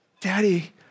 daddy